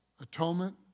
atonement